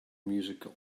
musical